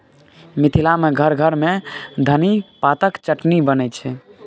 मिथिला मे घर घर मे धनी पातक चटनी बनै छै